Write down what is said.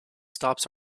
stops